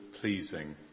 pleasing